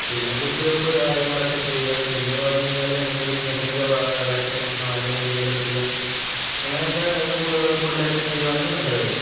പിന്നെ കുത്തിവെപ്പ് കാര്യങ്ങളൊക്കെ ചെയ്യുക പിന്നേന്ന് പറഞ്ഞ് കഴിഞ്ഞാല് എന്തെങ്കിലും മെസെഞ്ചർ വാ വാക്സിനേഷനോ അങ്ങനെ എന്തേലൊക്കെ ചെയ്യാ അങ്ങനെയൊക്കെ കൂ കൂടുതലായിട്ടും ചെയ്യുവാണെങ്കിൽ നല്ലതായിരിക്കും